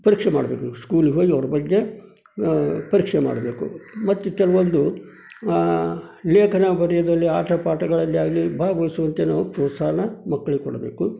ಪರೀಕ್ಷೆ ಮಾಡಬೇಕು ಸ್ಕೂಲಿಗೆ ಹೋಗಿ ಅವ್ರ ಬಗ್ಗೆ ಪರೀಕ್ಷೆ ಮಾಡಬೇಕು ಮತ್ತು ಕೆಲವೊಂದು ಲೇಖನ ಬರೆಯೋದ್ರಲ್ಲಿ ಆಟ ಪಾಠಗಳಲ್ಲಿ ಆಗಲೀ ಭಾಗವಹಿಸುವಂತೆ ನಾವು ಪ್ರೋತ್ಸಾಹವನ್ನ ಮಕ್ಕಳಿಗೆ ಕೊಡಬೇಕು